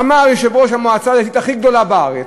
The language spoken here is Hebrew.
אמר יושב-ראש המועצה הדתית הכי גדולה בארץ,